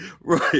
right